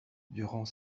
durant